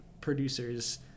producers